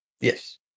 Yes